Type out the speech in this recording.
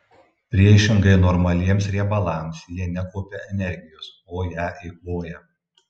priešingai normaliems riebalams jie nekaupia energijos o ją eikvoja